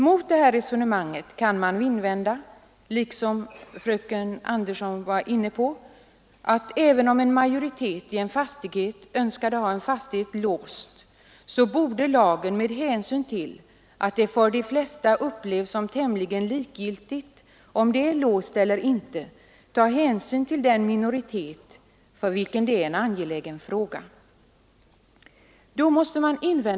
Mot det här resonemanget kan man invända — och det var fröken Andersson inne på — att även om en majoritet i en fastighet önskade ha ytterdörren låst, borde lagen, med hänsyn till att det av de flesta upplevs som tämligen likgiltigt om porten är låst eller inte, ta hänsyn till den minoritet för vilken detta är en angelägen fråga.